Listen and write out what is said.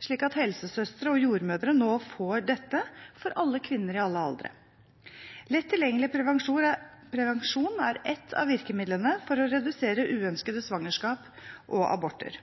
slik at helsesøstre og jordmødre nå får dette for alle kvinner i alle aldre. Lett tilgjengelig prevensjon er ett av virkemidlene for å redusere uønskede svangerskap og aborter.